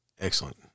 Excellent